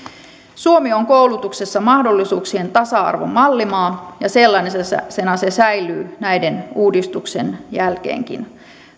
suomi on koulutuksessa mahdollisuuksien tasa arvon mallimaa ja sellaisena se säilyy näiden uudistuksien jälkeenkin